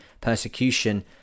persecution